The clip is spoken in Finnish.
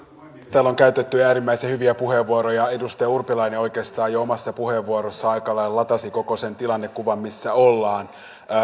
täällä on käytetty äärimmäisen hyviä puheenvuoroja oikeastaan edustaja urpilainen jo omassa puheenvuorossaan aika lailla latasi koko sen tilannekuvan missä ollaan